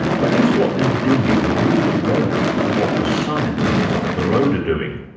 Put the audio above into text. but is what they're doing really relevant to what the scientists up the road are doing?